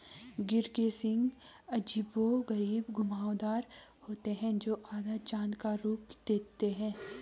गिर के सींग अजीबोगरीब घुमावदार होते हैं, जो आधा चाँद का रूप देते हैं